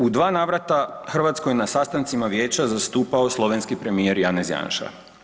U dva navrata Hrvatsku je na sastancima vijeća zastupao slovenski premijer Janez Janša.